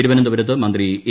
തിരുവനന്തപുരത്ത് മന്ത്രി എ